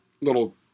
little